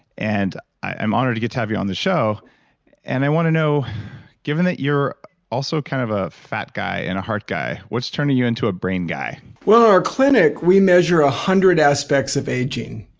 and i'm honored to get to have you on the show and i want to know given that you're also kind of a fat guy and a heart guy, what's turning you into a brain guy well, our clinic, we measure one ah hundred aspects of aging.